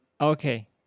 Okay